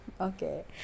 Okay